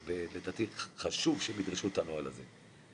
לדעתי, חשוב שהם ידרשו את הנוהל הזה.